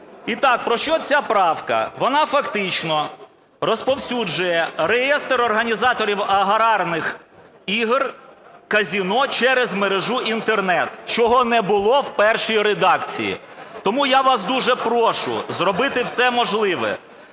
І так, про що ця правка? Вона фактично розповсюджує реєстр організаторів азартних ігор казино через мережу Інтернет, чого не було в першій редакції. Тому я вас дуже прошу зробити все можливе,